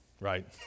right